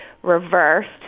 reversed